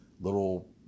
little